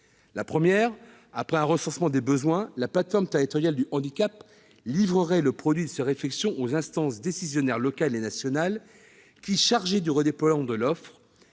Premièrement, après un recensement des besoins, la plateforme territoriale du handicap livrerait le produit de ses réflexions aux instances décisionnaires locales et nationales qui, chargées du redéploiement de l'offre,